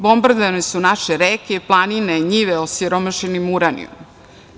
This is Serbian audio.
Bombardovane su naše reke, planine, njive osiromašenim uranijumom.